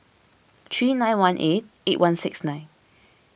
three nine one eight eight one six nine